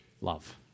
love